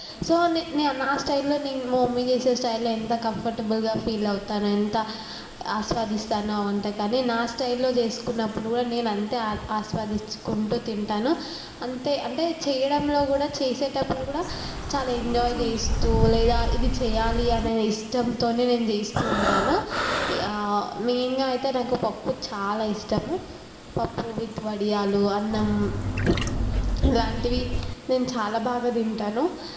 so నేను నా స్టైల్లో నేను మా మమ్మీ చేసే స్టైల్లో ఎంత కంఫర్టబుల్గా ఫీల్ అవుతాను ఎంత ఆస్వాదిస్తానో ఆ వంటకాన్ని నా స్టైల్లో చేసుకున్నప్పుడు కూడా నేను అంతే ఆస్వాదించుకుంటూ తింటాను అంతే అంటే చేయడంలో కూడా చేసేటప్పుడు కూడా చాలా ఎంజాయ్ చేస్తూ లేదా ఇది చేయాలి అనే ఇష్టంతోనే నేను చేస్తూ ఉంటాను మెయిన్గా అయితే నాకు పప్పు చాలా ఇష్టము పప్పు విత్ వడియాలు అన్నం ఇలాంటివి నేను చాలా బాగా తింటాను